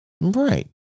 Right